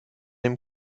dem